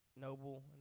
noble